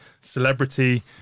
celebrity